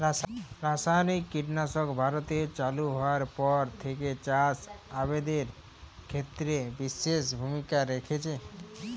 রাসায়নিক কীটনাশক ভারতে চালু হওয়ার পর থেকেই চাষ আবাদের ক্ষেত্রে বিশেষ ভূমিকা রেখেছে